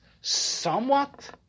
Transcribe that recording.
somewhat